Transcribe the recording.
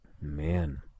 Man